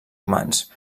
humans